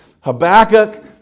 Habakkuk